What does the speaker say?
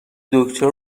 دکتر